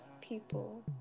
people